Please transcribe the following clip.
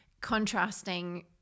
contrasting